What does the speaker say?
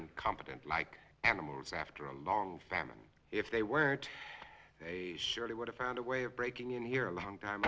incompetent like animals after a long famine if they were to a surely would have found a way of breaking in here a long time